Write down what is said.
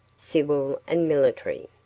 civil and military.